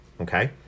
Okay